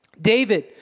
David